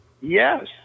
Yes